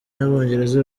y’abongereza